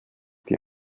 die